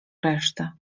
resztę